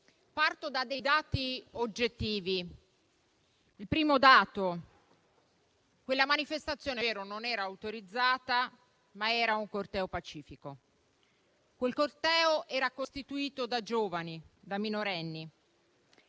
Parto da dati oggettivi. Il primo dato è che quella manifestazione - è vero - non era autorizzata, ma era un corteo pacifico. Quel corteo era costituito da giovani, da minorenni.